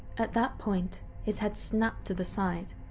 at that point, his head snapped to the side,